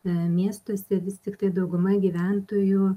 e miestuose vis tiktai dauguma gyventojų